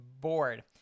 bored